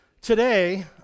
Today